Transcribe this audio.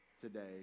today